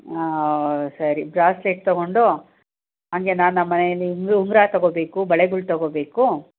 ಸರಿ ಬ್ರಾಸ್ಲೆಟ್ ತಗೊಂಡು ಹಾಗೆ ನಾನು ನಮ್ಮ ಮನೇಲಿ ಉಂಗ್ ಉಂಗುರ ತಗೋಬೇಕು ಬಳೆಗಳು ತಗೋಬೇಕು